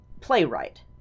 playwright